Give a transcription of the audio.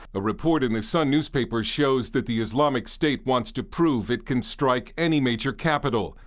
the report in the sun newspaper shows that the islamic state wants to prove it can strike any major capital,